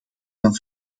van